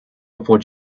before